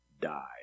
die